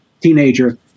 teenager